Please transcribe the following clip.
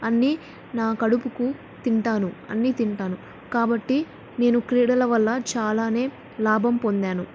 అన్ని నా కడుపుకు తింటాను అన్నీ తింటాను కాబట్టి నేను క్రీడల వల్ల చాలానే లాభం పొందాను